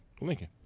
Lincoln